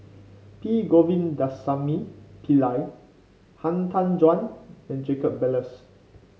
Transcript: P Govindasamy Pillai Han Tan Juan and Jacob Ballas